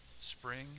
spring